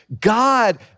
God